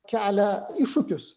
kelia iššūkius